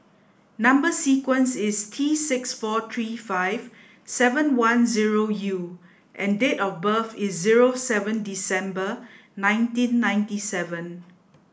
number sequence is T six four three five seven one zero U and date of birth is zero seven December nineteen ninety seven